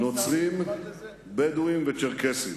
נוצרים, בדואים וצ'רקסים.